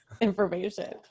information